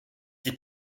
die